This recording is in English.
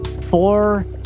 four